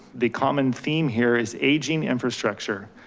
the common theme here is aging infrastructure.